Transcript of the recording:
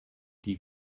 die